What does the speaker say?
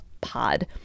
pod